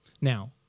Now